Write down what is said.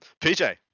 PJ